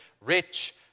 rich